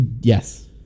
Yes